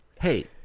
Hey